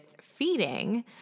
feeding